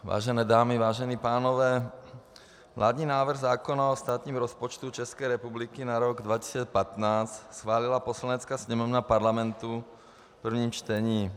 Vážené dámy, vážení pánové, vládní návrh zákona o státním rozpočtu České republiky na rok 2015 schválila Poslanecká sněmovna Parlamentu v prvním čtení.